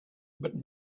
but